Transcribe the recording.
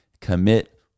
Commit